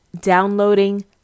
downloading